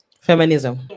feminism